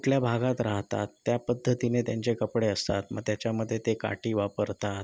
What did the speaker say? कुठल्या भागात राहतात त्या पद्धतीने त्यांचे कपडे असतात मग त्याच्यामध्ये ते काठी वापरतात